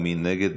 מי נגד?